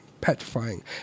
petrifying